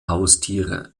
haustiere